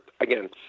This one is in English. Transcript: again